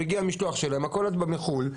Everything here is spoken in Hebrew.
יבוא מחו"ל,